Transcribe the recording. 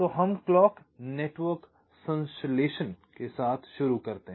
तो हम clock network संश्लेषण के साथ शुरू करते हैं